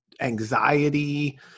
anxiety